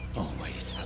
always